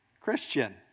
Christian